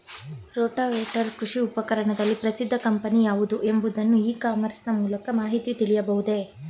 Rotavator ಕೃಷಿ ಉಪಕರಣದಲ್ಲಿ ಪ್ರಸಿದ್ದ ಕಂಪನಿ ಯಾವುದು ಎಂಬುದನ್ನು ಇ ಕಾಮರ್ಸ್ ನ ಮೂಲಕ ಮಾಹಿತಿ ತಿಳಿಯಬಹುದೇ?